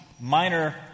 minor